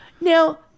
Now